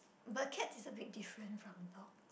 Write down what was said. but cats is a big different from dogs